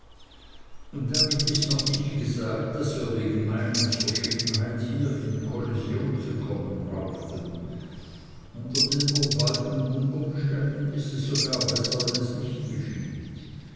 damit ist noch nicht gesagt daß wir wegen meinungsverschiedenheit hier in kollision zu kommen brauchten unter den obwaltenden umständen ist es sogar besser wenn es nicht geschieht